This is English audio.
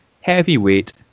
heavyweight